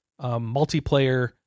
multiplayer